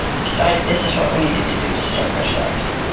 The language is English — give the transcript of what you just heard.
decided this is what we needed to do to save ourselves.